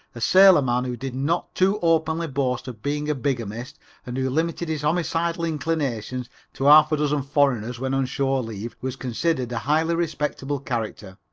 a sailor-man who did not too openly boast of being a bigamist and who limited his homicidical inclinations to half a dozen foreigners when on shore leave, was considered a highly respectable character.